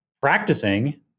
practicing